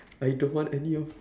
I don't want any of